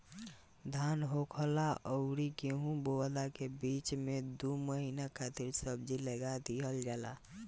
धान होखला अउरी गेंहू बोअला के बीच में दू महिना खातिर सब्जी लगा दिहल जाला